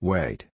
Wait